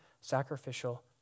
sacrificial